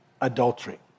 adultery